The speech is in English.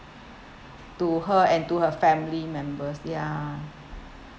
to her and to her family members ya